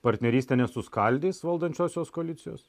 partnerystė nesuskaldys valdančiosios koalicijos